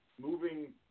moving